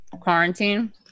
quarantine